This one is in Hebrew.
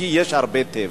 כי יש הרבה טף.